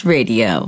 Radio